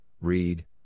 read